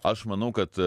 aš manau kad